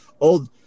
old –